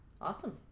Awesome